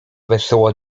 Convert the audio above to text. wesoło